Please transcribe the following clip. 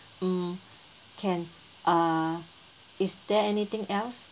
mm can uh is there anything else